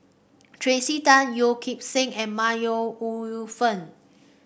Tracey Tan Yeo Kim Seng and My Ooi Yu Fen